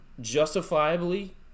justifiably